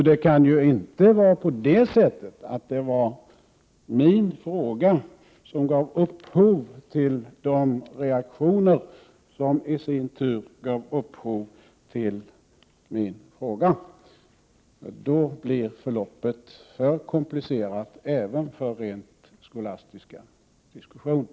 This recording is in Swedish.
Det kan därför inte vara min fråga som gav upphov till de reaktioner som i sin tur skulle ha gett upphov till min fråga. Skulle det vara så bleve förloppet för komplicerat även för rent skolastiska diskussioner.